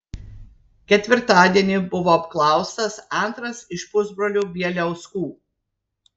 ketvirtadienį buvo apklaustas antras iš pusbrolių bieliauskų